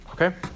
Okay